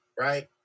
right